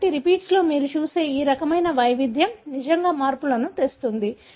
కాబట్టి రిపీట్స్లో మీరు చూసే ఈ రకమైన వైవిధ్యం నిజంగా మార్పులను తెస్తుంది